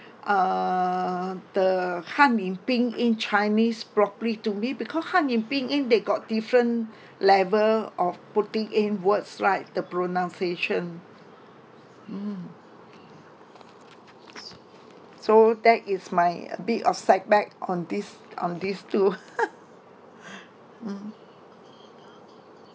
uh the han yu ping yin chinese properly to me because han yu ping yin they got different level of putting in words right the pronunciation mm so that is my a bit of setback on this on this too mm